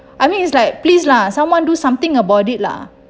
I mean it's like please lah someone do something about it lah